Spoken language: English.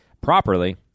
properly